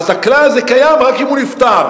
אז הכלל הזה קיים רק אם הוא נפטר,